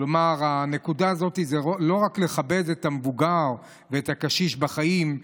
כלומר הנקודה היא לא רק לכבד את המבוגר ואת הקשיש בחיים,